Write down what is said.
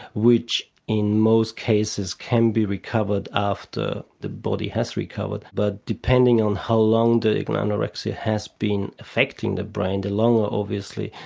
which in most cases can be recovered after the body has recovered, but depending on how long the anorexia has been affecting the brain the longer, obviously,